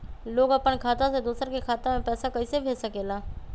लोग अपन खाता से दोसर के खाता में पैसा कइसे भेज सकेला?